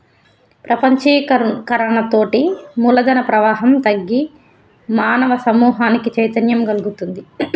ప్రపంచీకరణతోటి మూలధన ప్రవాహం తగ్గి మానవ సమూహానికి చైతన్యం గల్గుతుంది